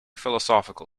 philosophical